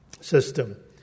system